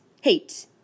hate